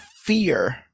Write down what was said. fear